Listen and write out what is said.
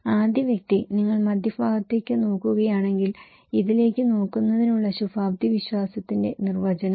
ആദ്യ വ്യക്തി നിങ്ങൾ മധ്യഭാഗത്തേക്ക് നോക്കുകയാണെങ്കിൽ ഇതിലേക്ക് നോക്കുന്നതിനുള്ള ശുഭാപ്തിവിശ്വാസത്തിന്റെ നിർവചനം